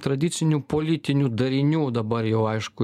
tradicinių politinių darinių dabar jau aišku